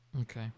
Okay